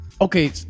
okay